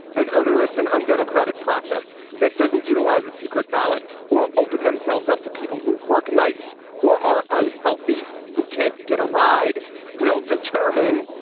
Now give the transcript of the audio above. an onerous and undemocratic process that doesn't utilize a secret ballot or open themselves up to people who work nights or are unhealthy, who can't get a ride will determine.